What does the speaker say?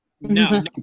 No